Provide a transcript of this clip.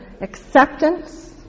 acceptance